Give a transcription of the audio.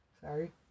sorry